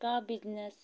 का बिजनेस